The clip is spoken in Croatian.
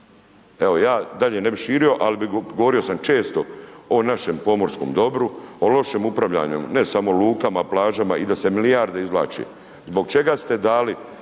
Evo, ja dalje ne bi širio, ali govorio sam često o našem pomorskom dobru, o lošem upravljanju, ne samo lukama, plažama, i da se milijarde izvlači. Zbog čega ste dali